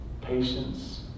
patience